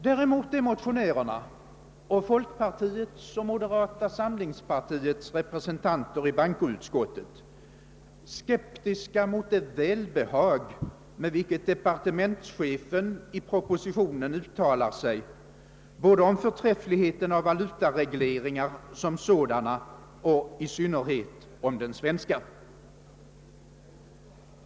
Däremot är motionärerna liksom folkpartiets och moderata samlingspartiets representanter i bankoutskottet skeptiska mot det välbehag, med vilket departementschefen i propositionen uttalar sig om förträffligheten hos valutaregelringar som sådana och i synnerhet den svenska.